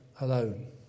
alone